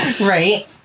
right